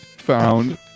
Found